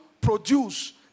produce